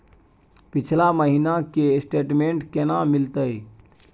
पिछला महीना के स्टेटमेंट केना मिलते?